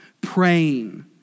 praying